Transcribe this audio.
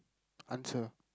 answer